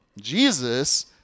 Jesus